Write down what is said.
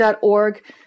org